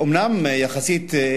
אומנם יחסית,